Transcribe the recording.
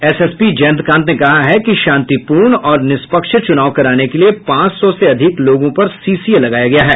SSP Jayantkant ने कहा है कि शांतिपूर्ण और निष्पक्ष चुनाव कराने के लिए पांच सौ से अधिक लोगों पर सीसीए लगाया गया है